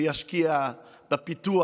וישקיע בפיתוח